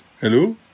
Hello